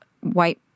white